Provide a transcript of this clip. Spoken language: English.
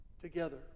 together